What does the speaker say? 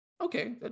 okay